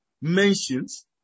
mentions